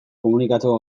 komunikatzeko